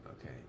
Okay